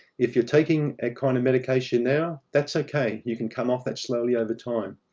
if you're taking a kind of medication now, that's okay. you can come off that slowly over time.